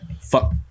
Fuck